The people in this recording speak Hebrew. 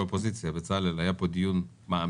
אופוזיציה - כמו בצלאל היה כאן דיון מעמיק